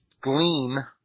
Gleam